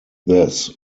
this